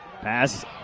Pass